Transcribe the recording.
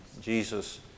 Jesus